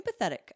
empathetic